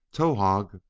towahg,